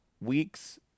weeks